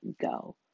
go